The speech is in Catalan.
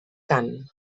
cant